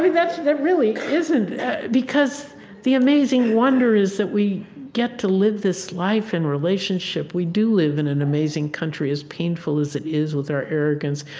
that that really isn't because the amazing wonder is that we get to live this life in relationship. we do live in an amazing country as painful as it is with our arrogance.